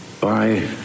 bye